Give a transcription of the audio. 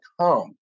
come